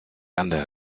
andere